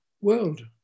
world